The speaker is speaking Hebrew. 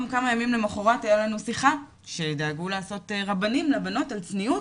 כמה ימים למחרת הייתה לנו שיחה שדאגו לעשות רבנים לבנות על צניעות,